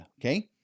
okay